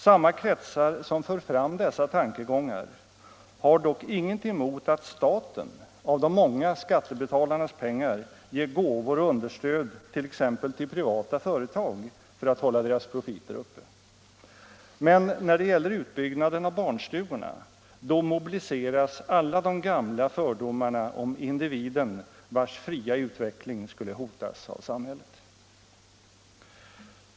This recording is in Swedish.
Samma kretsar som för fram dessa tankegångar har dock inget emot att staten av de många skattebetalarnas pengar ger gåvor och understöd 1. ex. till privata företag för att hålla deras profiter uppe. Men när det gäller utbyggnaden av barnstugorna, då mobiliseras alla de gamla fördomarna om individen vars fria utveckling skulle hotas av samhället.